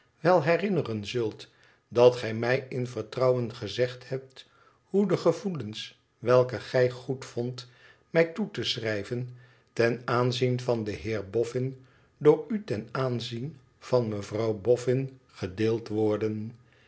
wel herinneren zult dat gij mij in vertrouwen gezegd hebt hoe de gevoelens welke gij goedvondt mij toe te schrijven ten aanzien van den heer bolfin door u ten aanzien van mevrouw boffin gedeeld worden